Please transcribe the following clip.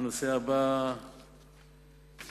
הנושא הבא הוא השמיטה,